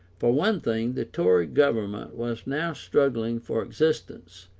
for one thing, the tory government was now struggling for existence,